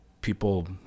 people